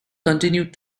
continued